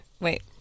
Wait